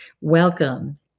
Welcome